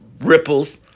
Ripple's